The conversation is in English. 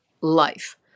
life